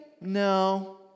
no